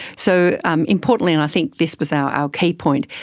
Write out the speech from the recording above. so um importantly, and i think this was our ah key point,